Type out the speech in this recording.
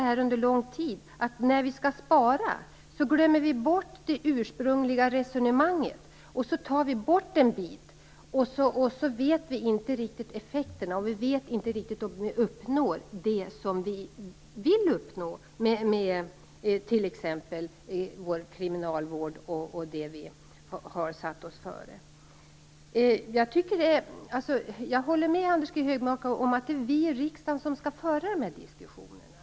Faran i dag är att när vi skall spara glömmer vi bort det ursprungliga resonemanget, tar bort en bit och vet inte riktigt vad effekterna blir. Vi vet inte heller riktigt om vi uppnår det som vi vill uppnå med t.ex. vår kriminalvård och det vi har satt oss före. Jag håller med Anders G Högmark om att det är vi i riksdagen som skall föra de här diskussionerna.